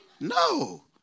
No